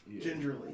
gingerly